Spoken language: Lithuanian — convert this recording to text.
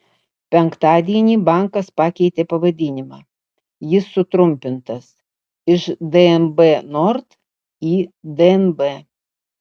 penktadienį bankas pakeitė pavadinimą jis sutrumpintas iš dnb nord į dnb